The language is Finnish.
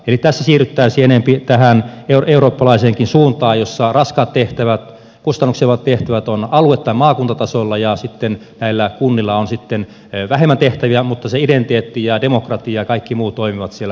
eli tässä siirryttäisiin enempi tähän eurooppalaiseenkin suuntaan jossa raskaat tehtävät kustannuksia aiheuttavat tehtävät ovat alue tai maakuntatasolla ja näillä kunnilla on sitten vähemmän tehtäviä mutta se identiteetti ja demokratia ja kaikki muu toimivat siellä paikallistasolla